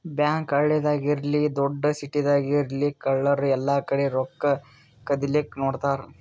bank ಹಳ್ಳಿದಾಗ್ ಇರ್ಲಿ ದೊಡ್ಡ್ ಸಿಟಿದಾಗ್ ಇರ್ಲಿ ಕಳ್ಳರ್ ಎಲ್ಲಾಕಡಿ ರೊಕ್ಕಾ ಕದಿಲಿಕ್ಕ್ ನೋಡ್ತಾರ್